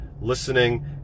listening